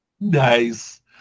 Nice